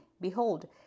Behold